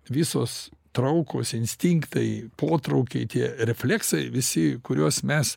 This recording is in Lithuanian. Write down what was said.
visos traukos instinktai potraukiai tie refleksai visi kuriuos mes